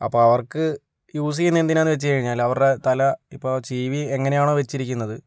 അപ്പം അവർക്ക് യൂസ് ചെയ്യുന്നത് എന്തിനാന്ന് വെച്ച് കഴിഞ്ഞാല് അവരുടെ തല ഇപ്പ ചീവി എങ്ങനെയാണോ വെച്ചിരിക്കുന്നത്